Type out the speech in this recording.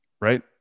right